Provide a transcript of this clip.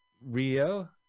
Rio